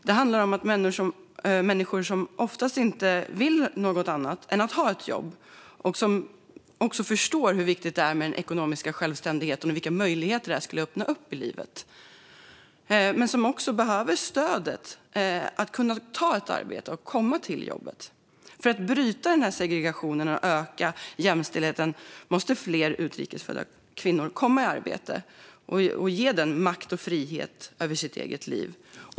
Det handlar om människor som oftast inte vill något annat än att ha ett jobb och som också förstår hur viktigt det är med den ekonomiska självständigheten och vilka möjligheter det skulle öppna upp i livet. Men de behöver också stödet att kunna ta ett arbete och komma till jobbet. För att bryta segregationen och öka jämställdheten måste fler utrikes födda kvinnor komma i arbete och därmed ges makt och frihet över sitt eget liv.